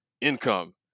income